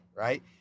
Right